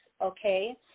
okay